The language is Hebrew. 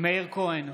מאיר כהן,